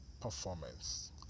performance